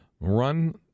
run